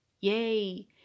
Yay